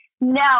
No